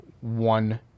one